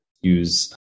use